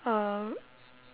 uh